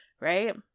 Right